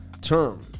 term